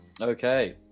Okay